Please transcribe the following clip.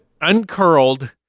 uncurled